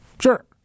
Sure